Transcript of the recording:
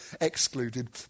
excluded